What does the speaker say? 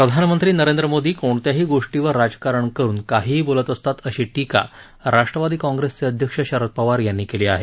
प्रधानमंत्री नरेंद्र मोदी कोणत्याही गोष्टीवर राजकारण करून काहीही बोलत असतात अशी टीका राष्ट्रवादी कांग्रेसचे अध्यक्ष शरद पवार यांनी केली आहे